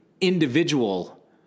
individual